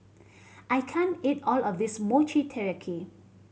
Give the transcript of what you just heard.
I can't eat all of this Mochi Taiyaki